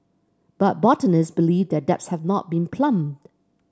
but botanists believe their depths have not been plumbed